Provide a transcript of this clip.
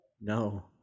No